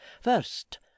first